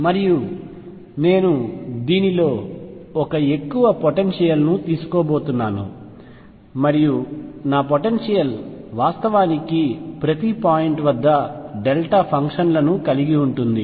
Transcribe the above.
మరియు నేను దీనిలో ఒక ఎక్కువ పొటెన్షియల్ ను తీసుకోబోతున్నాను మరియు నా పొటెన్షియల్ వాస్తవానికి ప్రతి పాయింట్ వద్ద డెల్టా ఫంక్షన్లను కలిగి ఉంటుంది